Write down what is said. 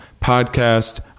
podcast